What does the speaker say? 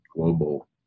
global